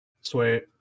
Sweet